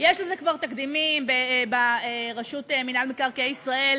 יש לזה כבר תקדימים ברשות מקרקעי ישראל,